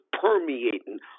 permeating